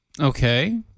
Okay